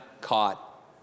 caught